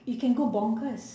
you can go bonkers